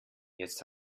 jetzt